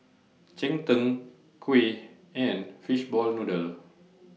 Cheng Tng Kuih and Fishball Noodle